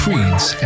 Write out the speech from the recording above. Creeds